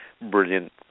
brilliant